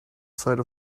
side